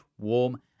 warm